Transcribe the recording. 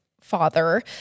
father